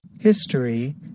History